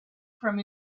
from